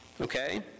Okay